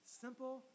Simple